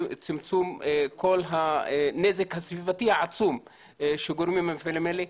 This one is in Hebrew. צמצום כל הנזק הסביבתי העצום שגורמים המפעלים האלה.